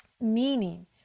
meaning